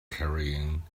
carrying